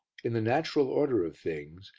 in the natural order of things,